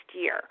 year